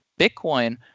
Bitcoin